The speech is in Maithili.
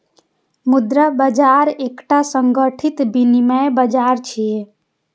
मुद्रा बाजार एकटा संगठित विनियम बाजार छियै